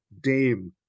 Dame